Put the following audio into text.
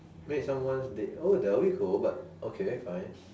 made someone's day oh that'll be cool but okay fine